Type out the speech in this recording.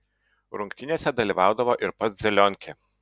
rungtynėse dalyvaudavo ir pats zelionkė